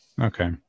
Okay